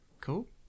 cool